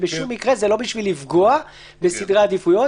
בשום מקרה זה לא בשביל לפגוע בסדרי עדיפויות